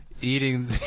Eating